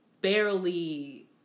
barely